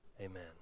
Amen